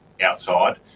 outside